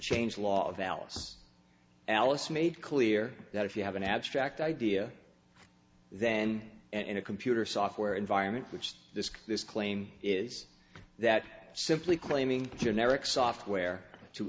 change law of else alice made clear that if you have an abstract idea then in a computer software environment which this this claim is that simply claiming generic software to